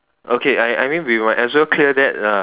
okay I I I mean we might as well clear that lah